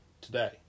today